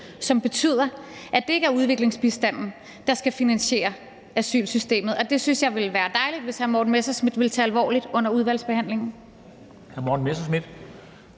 som betyder, at det ikke er udviklingsbistanden, der skal finansiere asylsystemet. Og det synes jeg ville være dejligt hvis hr. Morten Messerschmidt ville tage alvorligt under udvalgsbehandlingen.